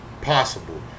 possible